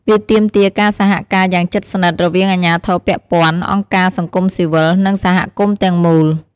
វាទាមទារការសហការយ៉ាងជិតស្និទ្ធ រវាងអាជ្ញាធរពាក់ព័ន្ធ អង្គការសង្គមស៊ីវិល និងសហគមន៍ទាំងមូល។